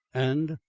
and,